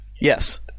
Yes